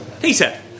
Peter